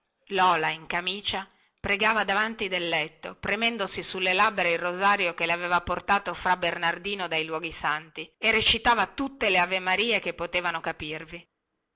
lola in camicia pregava ai piedi del letto premendosi sulle labbra il rosario che le aveva portato fra bernardino dai luoghi santi e recitava tutte le avemarie che potevano capirvi